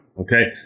Okay